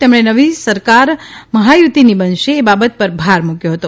તેમણે નવી સરકાર મહાયુતીની બનશે એ બાબત પર ભાર મુક્યો હતો